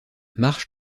marsh